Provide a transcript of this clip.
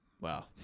Wow